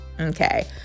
Okay